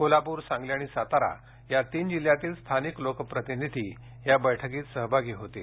कोल्हापूर सांगली आणि सातारा या तीन जिल्ह्यातील स्थानिक लोकप्रतिनिधी या बैठकीत सहभागी होतील